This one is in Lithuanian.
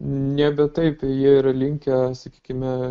nebe taip jie yra linkę sakykime